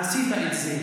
עשית את זה.